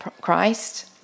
Christ